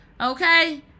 okay